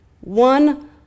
One